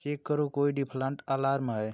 check करो कोई डिफ़लान्ट अलार्म है